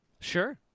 Sure